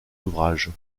ouvrages